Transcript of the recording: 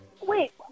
Wait